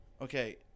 Okay